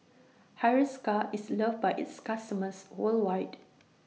Hiruscar IS loved By its customers worldwide